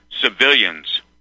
civilians